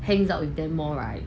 hangs out with them all right